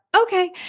Okay